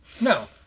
No